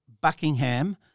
Buckingham